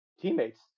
teammates